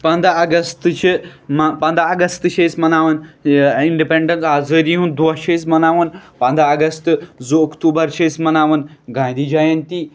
پنٛداہ اگست چھِ مہ پنٛداہ اگست چھِ أسۍ مناوان یہِ اِنڈِپٮ۪نٛڈٮ۪نٕس آزٲدی ہُنٛد دۄہ چھِ أسۍ مَناوان پنٛداہ اگست زٕ اکتوٗبَر چھِ أسۍ مَناوان گانٛدھی جَیَنتی